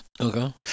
okay